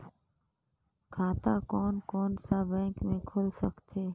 खाता कोन कोन सा बैंक के खुल सकथे?